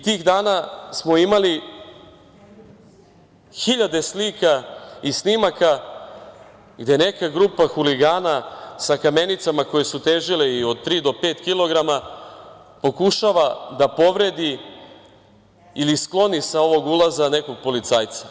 Tih dana smo imali hiljade slika i snimaka gde neka grupa huligana sa kamenicama koje su težile i od tri do pet kilograma pokušava da povredi ili skloni sa ovog ulaza nekog policajca.